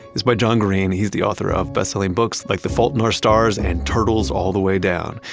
it's by john green. he's the author of best-selling books like the fault in our stars and turtles all the way down.